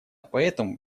поэтому